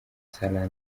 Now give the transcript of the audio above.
salah